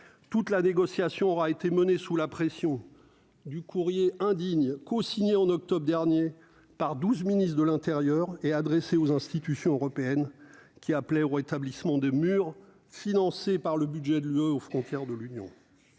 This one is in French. toute la négociation aura été menée sous la pression du courrier indigne co-signé en octobre dernier par 12 Ministre de l'Intérieur et adressée aux institutions européennes, qui a appelé au rétablissement de mur, financé par le budget de l'UE aux frontières de l'Union,